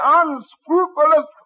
unscrupulous